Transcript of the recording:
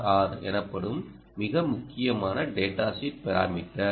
R எனப்படும் மிக முக்கியமான டேடா ஷீட் பாராமீட்டர்